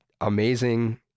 amazing